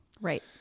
Right